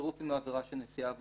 לצירוף עם העבירה של נשיאה והובלה.